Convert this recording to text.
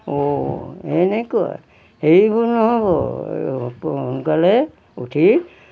অঁ এনেকুৱা হেৰিবোৰ নহ'ব সোনকালে উঠি